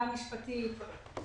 גם משפטית.